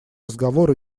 разговор